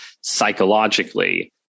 psychologically